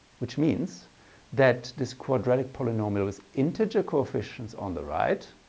which means that this quadratic polynomial with integer coefficients on the right